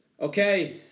Okay